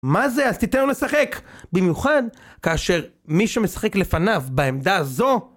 מה זה? אז תיתנו לשחק! במיוחד כאשר מי שמשחק לפניו בעמדה הזו...